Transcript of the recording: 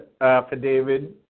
affidavit